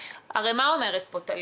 הרי מה אומרת פה טליה?